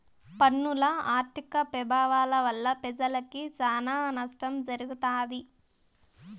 పన్నుల ఆర్థిక పెభావాల వల్ల పెజలకి సానా నష్టం జరగతాది